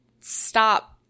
stop